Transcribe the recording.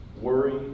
worry